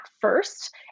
first